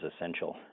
essential